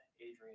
adrian